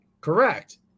Correct